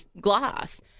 glass